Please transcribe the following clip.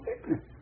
sickness